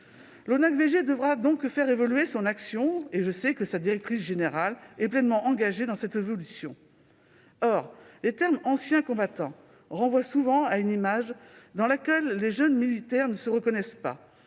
L'ONACVG devra donc faire évoluer son action. Je sais que sa directrice générale est pleinement engagée dans cette évolution. Or les termes « anciens combattants » renvoient souvent à une image dans laquelle les jeunes militaires ne se reconnaissent pas.